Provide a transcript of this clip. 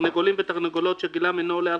תרנגולים ותרנגולות שגילם אינו עולה על